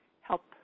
help